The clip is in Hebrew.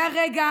מהרגע